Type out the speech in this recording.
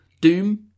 Doom